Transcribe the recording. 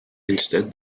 instead